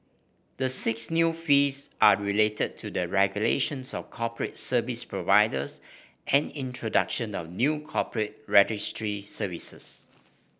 the six new fees are related to the regulations of corporate service providers and introduction of new corporate registry services